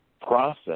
Process